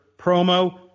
promo